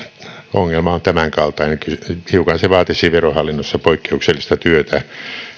ongelma on tämän kaltainen hiukan se vaatisi verohallinnossa poikkeuksellista työtä